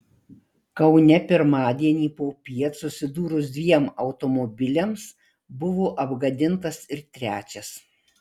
kaune pirmadienį popiet susidūrus dviem automobiliams buvo apgadintas ir trečias